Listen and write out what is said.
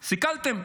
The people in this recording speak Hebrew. סיכלתם.